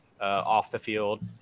off-the-field